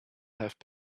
have